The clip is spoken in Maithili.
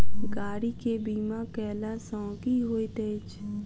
गाड़ी केँ बीमा कैला सँ की होइत अछि?